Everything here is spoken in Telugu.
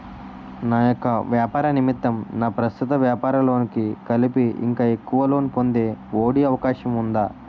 నా యెక్క వ్యాపార నిమిత్తం నా ప్రస్తుత వ్యాపార లోన్ కి కలిపి ఇంకా ఎక్కువ లోన్ పొందే ఒ.డి అవకాశం ఉందా?